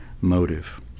motive